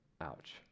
Ouch